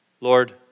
Lord